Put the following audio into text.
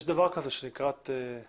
יש דבר כזה שנקרא פרטיות.